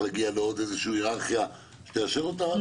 להגיע לעוד איזושהי היררכיה שתאשר אותה?